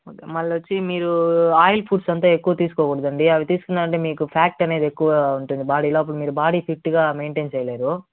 మళ్ళొచ్చి మీరు oil foods అంత ఎక్కువ తీసుకోకూడదండి అవి తీసుకున్నారంటే మీకు ఫ్యాట్ అనేది ఎక్కువ ఉంటుంది బాడీ లోపల మీరు బాడీ ఫిట్గా మైంటైన్ చేయలేరు